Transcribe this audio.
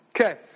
Okay